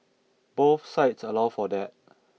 both sites allow for that